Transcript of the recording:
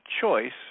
choice